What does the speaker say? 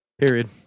Period